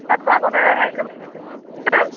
তাতকৈ আগতে হেৰি কৰিব হা